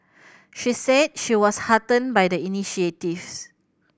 she said she was heartened by the initiatives